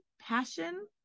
passion